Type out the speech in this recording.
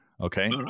okay